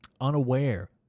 unaware